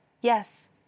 yes